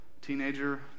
teenager